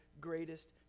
greatest